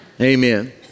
Amen